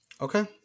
Okay